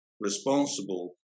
responsible